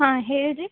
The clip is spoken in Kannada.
ಹಾಂ ಹೇಳಿ ರೀ